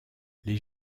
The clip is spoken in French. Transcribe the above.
les